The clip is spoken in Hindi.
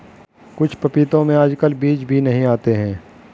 कुछ पपीतों में आजकल बीज भी नहीं आते हैं